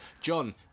John